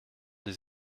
des